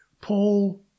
Paul